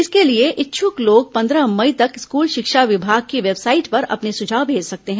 इसके लिए इच्छुक लोग पन्द्रह मई तक स्कूल शिक्षा विभाग की वेबसाइट पर अपने सुझाव भेज सकते हैं